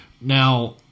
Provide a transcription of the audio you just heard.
Now